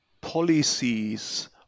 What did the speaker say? policies